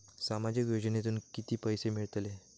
सामाजिक योजनेतून किती पैसे मिळतले?